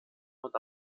und